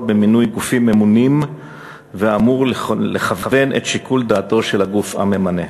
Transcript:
במינוי גופים ממונים ואמור לכוון את שיקול דעתו של הגוף הממונה.